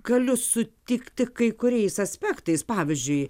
galiu sutikti kai kuriais aspektais pavyzdžiui